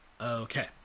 Okay